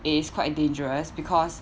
it's quite dangerous because